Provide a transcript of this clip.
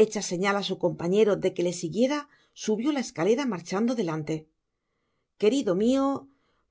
hecha señal á su compañero de que le siguiera subió la escalera marchando delante querido mio